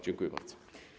Dziękuję bardzo.